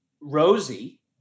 Rosie